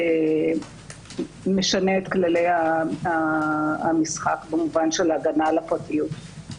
ממש משנה את כללי המשחק במובן של הגנה על הפרטיות.